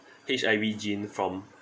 H_I_V gene from